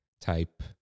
type